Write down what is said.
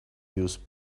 use